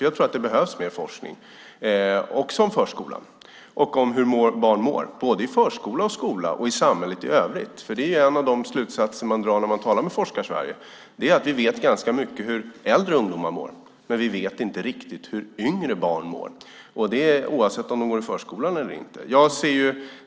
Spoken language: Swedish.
Jag tror att det behövs mer forskning, också om förskolan, och om hur barn mår, både i förskola och skola och i samhället i övrigt. En av de slutsatser som man drar när man talar med Forskar-Sverige är att vi vet ganska mycket om hur äldre ungdomar mår men att vi inte riktigt vet hur yngre barn mår, oavsett om de går i förskolan eller inte.